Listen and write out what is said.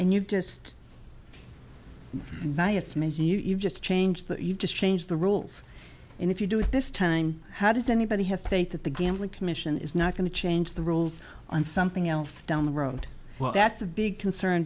and you just made you just change that you just change the rules and if you do it this time how does anybody have faith that the gambling commission is not going to change the rules on something else down the road well that's a big concern